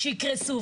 שיקרסו.